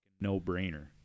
no-brainer